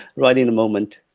right in the moment,